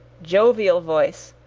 jovial voice